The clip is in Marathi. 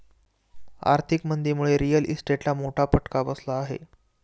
आर्थिक मंदीमुळे रिअल इस्टेटला मोठा फटका बसला आहे